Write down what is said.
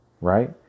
Right